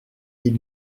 ils